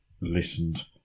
listened